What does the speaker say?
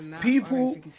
people